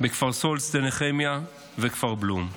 בכפר סאלד, בשדה נחמיה ובכפר בלום.